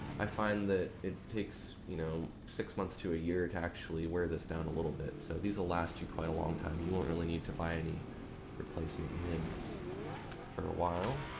i find the it takes you know six months to a year to actually wear this down a little bit so these should last you quite a long time. you won't really need to buy any replacement nibs for a while.